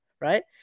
right